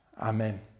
Amen